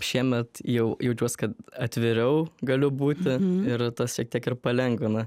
šiemet jau jaučiuos kad atviriau galiu būti ir tas šiek tiek ir palengvina